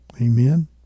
Amen